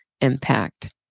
impact